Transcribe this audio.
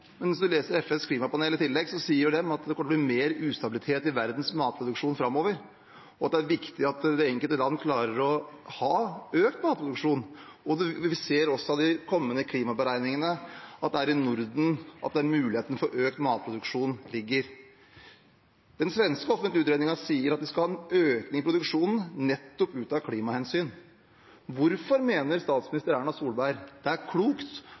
så farlig, da? Hvis man leser rapporten til FNs klimapanel, sier den at det kommer til å bli mer ustabilitet i verdens matproduksjon framover, og at det er viktig at det enkelte land klarer å øke matproduksjonen, og man ser av de kommende klimaberegningene at det er i Norden at muligheten for økt matproduksjon ligger. Den svenske offentlige utredningen sier at man skal øke produksjonen, nettopp ut fra klimahensyn. Hvorfor mener statsminister Erna Solberg det er klokt